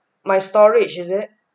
my storage is it